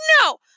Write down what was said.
no